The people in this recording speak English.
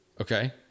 Okay